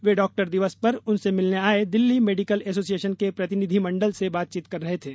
वे doctor दिवस पर उनसे मिलने आये दिल्ली मेडिकल एसोसिएशन के प्रतिनिधिमंडल से बातचीत कर रहे थे